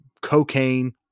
cocaine